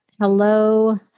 hello